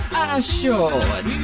assured